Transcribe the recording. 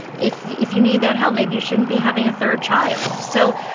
if if you need that help, maybe you shouldn't be having a third child. so.